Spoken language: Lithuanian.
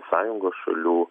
sąjungos šalių